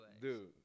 Dude